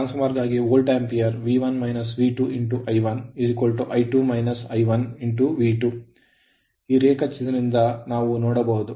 ಆದ್ದರಿಂದ two winding transformer ಗಾಗಿ volt ampere I1V2 ಈ ರೇಖಾಚಿತ್ರದಿಂದ ನಾವು ನೋಡಬಹುದು